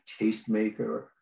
tastemaker